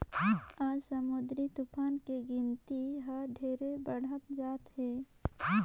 आज समुददरी तुफान के गिनती हर ढेरे बाढ़त जात हे